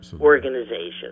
organizations